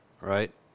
right